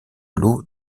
l’eau